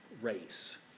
race